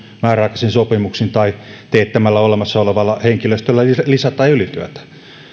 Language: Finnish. määräaikaisin sopimuksin tai teettämällä olemassa olevalla henkilöstöllä lisä tai ylityötä